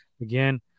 again